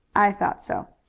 i thought so.